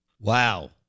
Wow